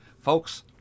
Folks